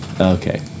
Okay